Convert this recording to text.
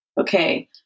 Okay